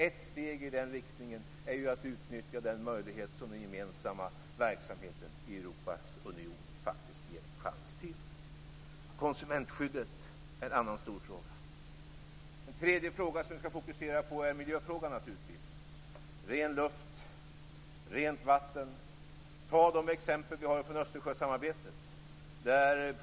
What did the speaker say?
Ett steg i den riktningen är att utnyttja den möjlighet som den gemensamma verksamheten i Europeiska unionen faktiskt ger en chans till. Konsumentskyddet är en annan sådan här stor fråga. En tredje fråga som vi skall fokusera på är naturligtvis miljöfrågan - ren luft och rent vatten. Se på de exempel som vi har från Östersjösamarbetet!